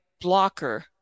blocker